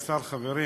לבכות.